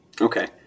Okay